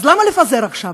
אז למה לפזר עכשיו,